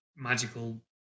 magical